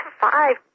five